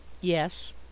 Yes